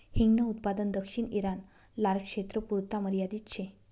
हिंगन उत्पादन दक्षिण ईरान, लारक्षेत्रपुरता मर्यादित शे